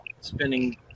spending